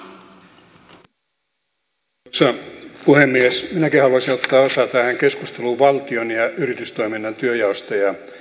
minäkin haluaisin ottaa osaa tähän keskusteluun valtion ja yritystoiminnan työnjaosta ja keskinäisistä vastuista